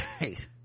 Right